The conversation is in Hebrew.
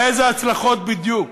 לאיזה הצלחות בדיוק?